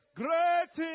great